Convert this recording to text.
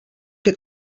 que